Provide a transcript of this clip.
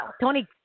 Tony